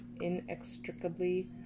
inextricably